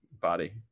body